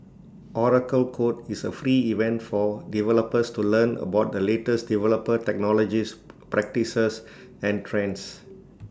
Oracle code is A free event for developers to learn about the latest developer technologies practices and trends